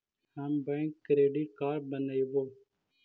हम bank credit card बनैवो?